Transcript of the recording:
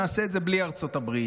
נעשה את זה בלי ארצות הברית.